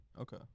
Okay